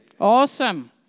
Awesome